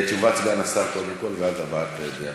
תשובת סגן השר, קודם כול, ואז הבעת דעה.